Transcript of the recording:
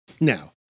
now